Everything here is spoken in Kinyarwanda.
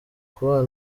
kubana